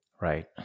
Right